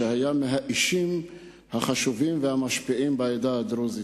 שהיה מהאישים החשובים והמשפיעים בעדה הדרוזית.